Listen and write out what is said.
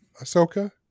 Ahsoka